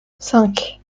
cinq